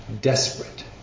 desperate